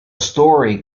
story